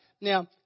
Now